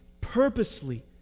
purposely